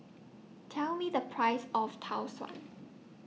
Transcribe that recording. Tell Me The Price of Tau Suan